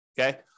okay